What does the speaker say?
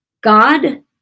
God